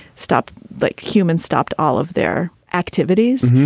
stop like humans stopped all of their activities.